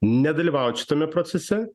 nedalyvaut šitame procese